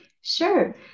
Sure